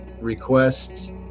requests